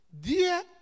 Dear